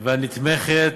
והנתמכת